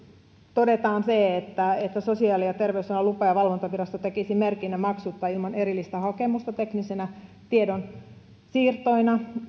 todetaan se että että sosiaali ja terveysalan lupa ja valvontavirasto tekisi merkinnän maksutta ilman erillistä hakemusta teknisinä tiedonsiirtoina